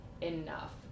enough